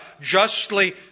justly